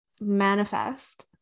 manifest